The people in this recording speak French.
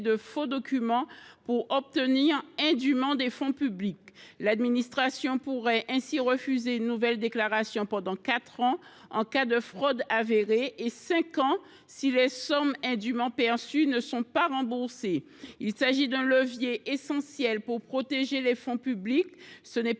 de faux documents pour obtenir indûment des fonds publics. L’administration pourrait ainsi refuser une nouvelle déclaration pendant quatre ans en cas de fraude avérée et pendant cinq ans si les sommes indûment perçues ne sont pas remboursées. Ce levier est essentiel pour protéger les fonds publics destinés